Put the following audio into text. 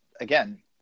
again